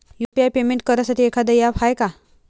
UPI payment करासाठी एखांद app हाय का?